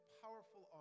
powerful